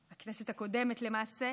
הכנסת הקודמת, למעשה,